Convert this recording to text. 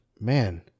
man